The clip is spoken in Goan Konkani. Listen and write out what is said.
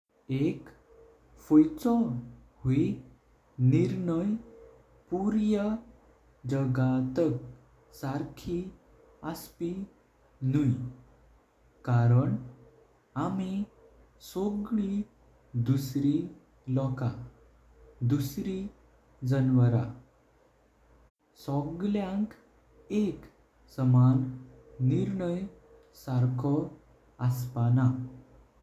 एक फुईचो हुय निरणय पुरया जगाताक सर्की आसपी। नुई कारण आमी सोगळी दुसरी लोगा दुसरी जनवारा सोगल्यांक एक समान निरणय सर्खो अस्पा ना।